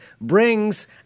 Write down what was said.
brings